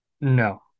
No